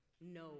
No